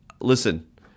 listen